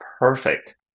Perfect